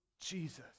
Jesus